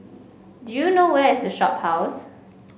do you know where is The Shophouse